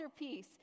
masterpiece